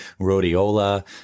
rhodiola